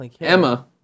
Emma